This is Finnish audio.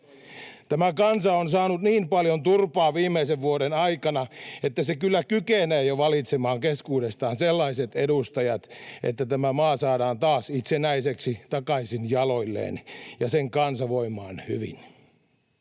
Tämä kansa on saanut niin paljon turpaan viimeisen vuoden aikana, että se kyllä kykenee jo valitsemaan keskuudestaan sellaiset edustajat, että tämä maa saadaan taas itsenäiseksi ja takaisin jaloilleen ja sen kansa voimaan hyvin.